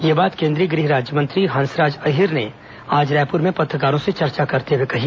यह बात केन्द्रीय गृह राज्यमंत्री हंसराज अहीर ने आज रायपुर में पत्रकारों से चर्चा करते हुए कही